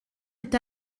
est